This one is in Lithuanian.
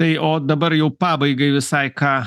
tai o dabar jau pabaigai visai ką